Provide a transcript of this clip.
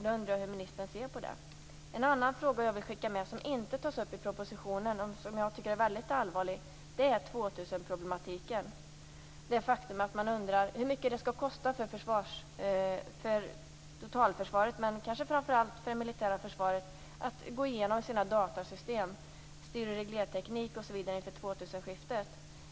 Jag undrar hur ministern ser på detta. En annan fråga jag vill skicka med som inte tas upp i propositionen, men som jag tycker är mycket allvarlig, är år 2000-problematiken. Man undrar hur mycket det skall kosta för totalförsvaret, men kanske framför allt för det militära försvaret, att gå igenom sina datasystem, styr och reglerteknik osv. inför 2000-skiftet.